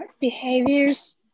behaviors